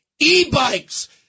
E-bikes